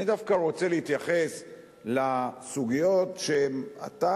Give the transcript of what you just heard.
אני דווקא רוצה להתייחס לסוגיות שהן,